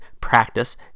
Practice